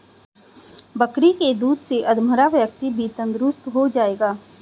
बकरी के दूध से अधमरा व्यक्ति भी तंदुरुस्त हो जाएगा